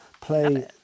play